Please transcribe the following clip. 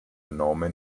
nome